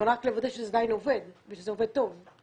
והלכתי לוודא שזה עדיין עובד ושזה עובד טוב.